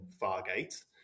Fargate